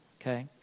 okay